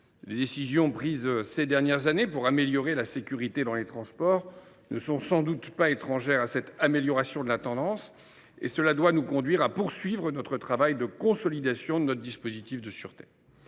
Les décisions prises ces dernières années pour améliorer la sécurité dans les transports ne sont sans doute pas étrangères à cette amélioration de la tendance. Cela doit nous conduire à poursuivre ce travail de consolidation de notre dispositif de sûreté.